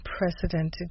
unprecedented